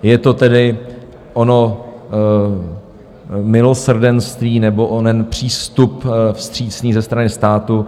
Je to tedy ono milosrdenství nebo onen přístup vstřícný ze strany státu.